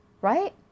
right